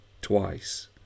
Twice